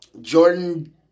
Jordan